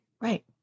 right